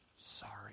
sorry